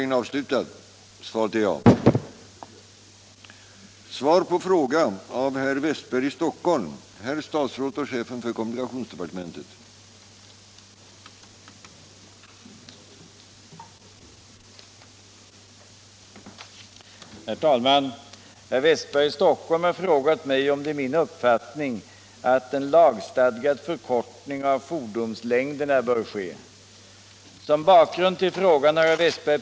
Herr Wästberg i Stockholm har frågat mig om det är min uppfattning att en lagstadgad förkortning av fordonslängderna bör ske.